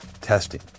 testing